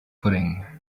pudding